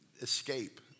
escape